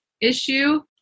issue